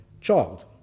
child